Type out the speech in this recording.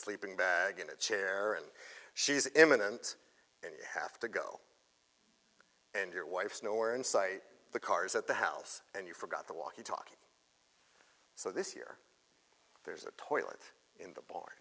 sleeping bag in a chair and she's imminent and you have to go and your wife's nowhere in sight the cars at the house and you forgot the walkie talkie so this year there's a toilet in the bar